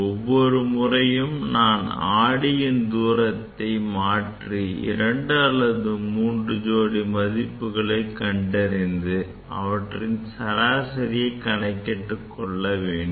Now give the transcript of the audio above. ஒவ்வொரு முறையும் நாம் ஆடியின் தூரத்தை மாற்றி இரண்டு அல்லது மூன்று ஜோடி மதிப்புகளை கண்டறிந்து அவற்றின் சராசரியை கணக்கிட்டு கொள்ள வேண்டும்